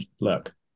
look